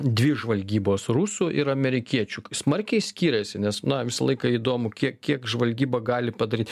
dvi žvalgybos rusų ir amerikiečių smarkiai skiriasi nes na visą laiką įdomu kiek kiek žvalgyba gali padaryt